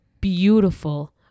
beautiful